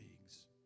leagues